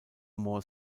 more